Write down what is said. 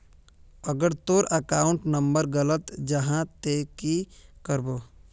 अगर तोर account number गलत जाहा ते की करबो?